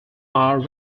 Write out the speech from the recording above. are